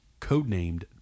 Codenamed